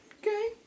okay